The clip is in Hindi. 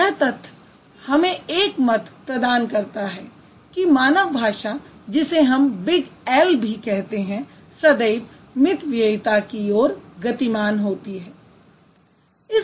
तो यह तथ्य हमें एक मत प्रदान करता है कि मानव भाषा जिसे हम बिग L भी कहते हैं सदैव मितव्ययिता की ओर गतिमान होती है